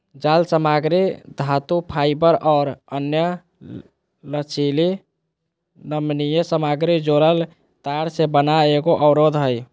जालसामग्री धातुफाइबर और अन्य लचीली नमनीय सामग्री जोड़ल तार से बना एगो अवरोध हइ